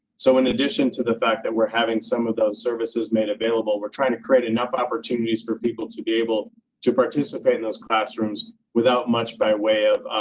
so in addition to the fact that we're having some of those services made available, we're trying to create enough opportunities for people to be able to participate in those classrooms without much by way of